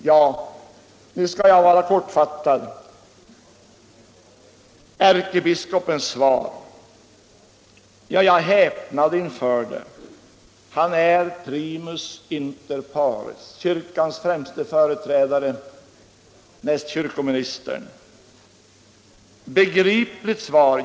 Jag häpnade inför svaret från ärkebiskopen. Han är primus inter pares, kyrkans främste företrädare näst kyrkoministern. Begripligt svar?